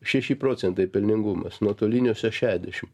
šeši procentai pelningumas nuotoliniuose šedešimt